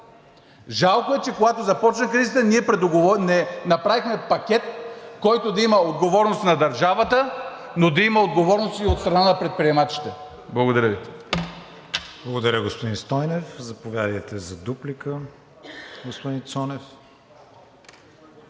Жалко е, че когато започна кризата, ние не направихме пакет, който да има отговорност на държавата, но да има отговорност и от страна на предприемачите. Благодаря Ви. ПРЕДСЕДАТЕЛ КРИСТИАН ВИГЕНИН: Благодаря, господин Стойнев. Заповядайте за дуплика, господин Цонев.